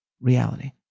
reality